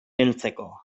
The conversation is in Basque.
heltzeko